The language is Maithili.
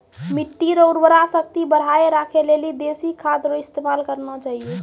मिट्टी रो उर्वरा शक्ति बढ़ाएं राखै लेली देशी खाद रो इस्तेमाल करना चाहियो